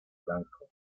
blanco